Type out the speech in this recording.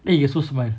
then you also smile lah